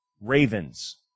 Ravens